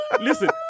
Listen